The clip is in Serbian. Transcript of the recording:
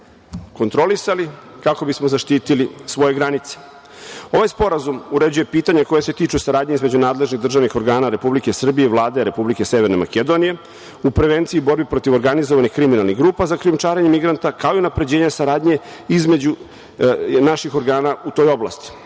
kontrolisali, kako bismo zaštitili svoje granice. Ovaj sporazum uređuje pitanje koja se tiču saradnje između nadležnih državnih organa Republike Srbije i Vlade Republike Severne Makedonije u prevenciji u borbi protiv organizovanih kriminalnih grupa za krijumčarenje migranata, kao i unapređenja saradnje između naših organa u toj oblasti.